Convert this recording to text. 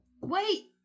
Wait